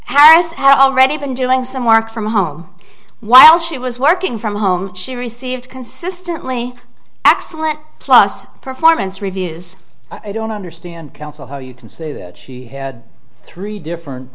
had already been doing some work from home while she was working from home she received consistently excellent plus performance reviews i don't understand council how you can say that she had three different